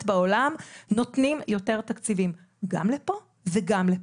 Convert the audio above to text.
בעולם נותנים יותר תקציבים גם לפה וגם לפה,